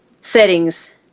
Settings